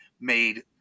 made